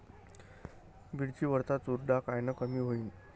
मिरची वरचा चुरडा कायनं कमी होईन?